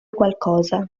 qualcosa